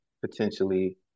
potentially